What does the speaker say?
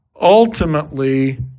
ultimately